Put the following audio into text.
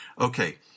Okay